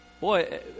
boy